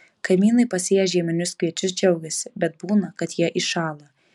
kaimynai pasėję žieminius kviečius džiaugiasi bet būna kad jie iššąla